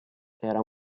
era